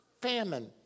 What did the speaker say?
famine